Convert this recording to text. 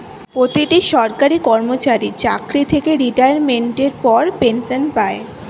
প্রতিটি সরকারি কর্মচারী চাকরি থেকে রিটায়ারমেন্টের পর পেনশন পায়